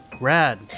rad